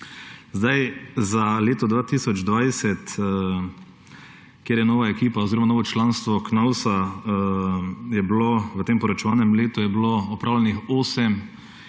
leto 2020, ker je nova ekipa oziroma novo članstvo Knovsa, je bilo v tem poročevalnem letu opravljenih osem